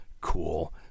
cool